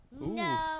No